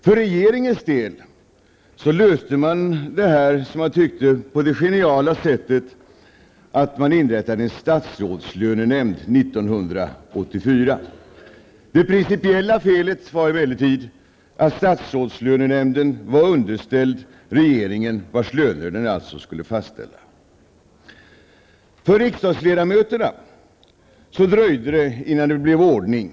För regeringens del löste man det här problemet på det, som man tyckte, geniala sättet att man inrättade en statsrådslönenämnd 1984. Det principiella felet var emellertid att statsrådslönenämnden var underställd regeringen, vars löner den alltså skulle fastställa. För riksdagsledamöterna dröjde det innan det blev ordning.